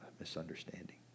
misunderstanding